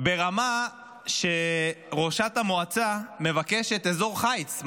ברמה שראשת המועצה מבקשת אזור חיץ.